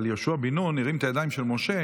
אבל יהושע בן-נון הרים את הידיים של משה,